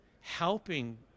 helping